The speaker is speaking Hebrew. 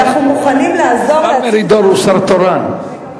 אנחנו מוכנים לעזור, דן מרידור הוא השר התורן.